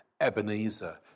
Ebenezer